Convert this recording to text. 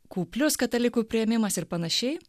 kuplius katalikų priėmimas ir panašiai